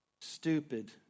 stupid